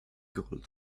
gold